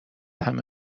همه